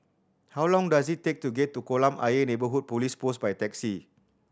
how long does it take to get to Kolam Ayer Neighbourhood Police Post by taxi